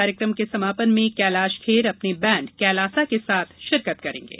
कार्यक्रम के समापन में कैलाश खेर अपने बैंड कैलासा के साथ शिरकत करेंगे